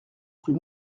rue